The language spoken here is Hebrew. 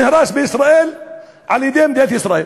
נהרס בישראל על-ידי מדינת ישראל.